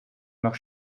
nach